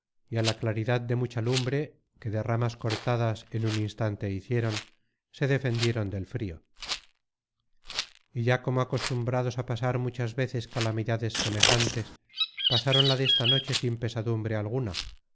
á la claridad de mucha lumbre que de ramas cortadas en un instante hicieron se defendieron del frio y ya como acostumbrados á pasar muchas veces calamidades semejantes pasaron la desta noche sin pesadumbre alguna